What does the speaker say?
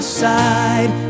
side